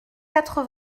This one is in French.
quatre